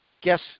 guess